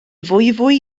fwyfwy